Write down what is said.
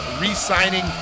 re-signing